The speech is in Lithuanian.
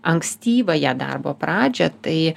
ankstyvąją darbo pradžią tai